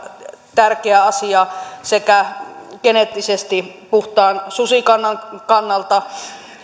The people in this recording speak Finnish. tärkeä asia sekä geneettisesti puhtaan susikannan kannalta